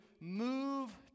move